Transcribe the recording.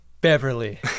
Beverly